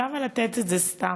למה לתת את זה סתם?